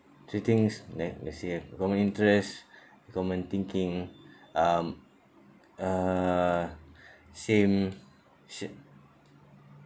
three things like let's say common interest common thinking um uh same sa~